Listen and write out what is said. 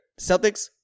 Celtics